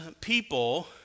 people